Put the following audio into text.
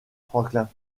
franklin